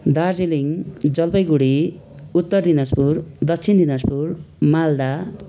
Darjeeling Jalpaiguri Uttar Dinajpur Dakshin Dinajpur Malda